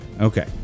okay